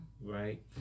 right